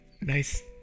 Nice